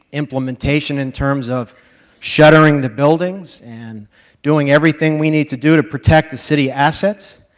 implementation in terms of shuttering the buildings and doing everything we need to do to protect the city assets,